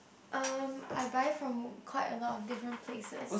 um I buy from quite a lot of different places